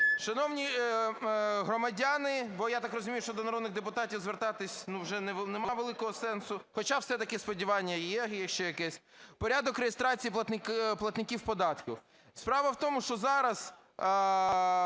Шановні громадяни, бо, я так розумію, що до народних депутатів звертатись вже нема великого сенсу. Хоча все-таки сподівання є ще якесь. Порядок реєстрації платників податків. Справа в тому, що зараз